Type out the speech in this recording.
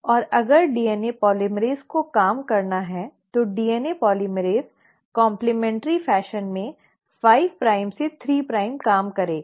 और अगर DNA polymerase को काम करना है तो डीएनए पोलीमरेज़ काम्प्लमेन्टरी फैशन में 5 प्राइम में 3 प्राइम काम करेगा